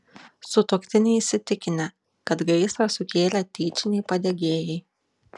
sutuoktiniai įsitikinę kad gaisrą sukėlė tyčiniai padegėjai